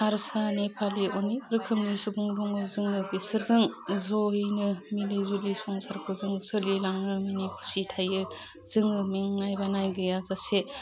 हारसा नेफालि अनेक रोखोमनि सुबुं दङ जोङो बिसोरजों जयैनो मिलि जुलि संसारखौ जों सोलिलाङो मिनि खुसि थायो जोङो मेंनाय बानाय गैयाजासे